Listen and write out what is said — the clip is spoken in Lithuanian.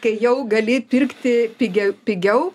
kai jau gali pirkti pigiai pigiau